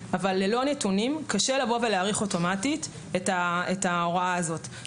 אבל ללא נתונים קשה להאריך אוטומטית את ההוראה הזו.